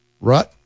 right